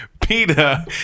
PETA